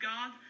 God